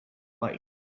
like